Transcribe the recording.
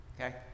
okay